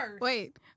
wait